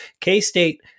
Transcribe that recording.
K-State